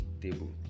table